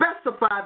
specify